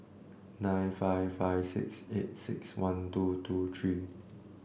nine five five six eight six one two two three